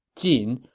jin,